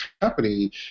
company